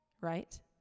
Right